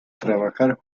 trabajar